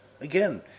Again